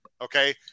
Okay